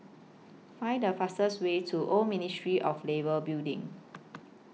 Find The fastest Way to Old Ministry of Labour Building